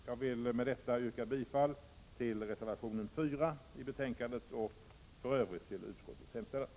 Jag vill med detta yrka bifall till reservation 4 och i övrigt till utskottets hemställan.